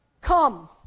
come